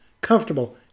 comfortable